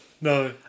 No